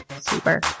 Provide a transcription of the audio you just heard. super